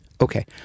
Okay